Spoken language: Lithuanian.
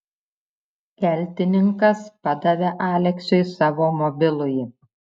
keltininkas padavė aleksiui savo mobilųjį